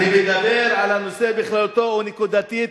אני מדבר על הנושא בכללותו ונקודתית.